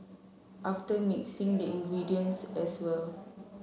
after mixing the ingredients as well